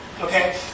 okay